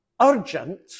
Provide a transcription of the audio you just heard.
urgent